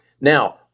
Now